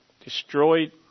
destroyed